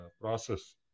process